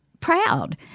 proud